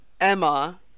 Emma